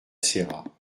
serra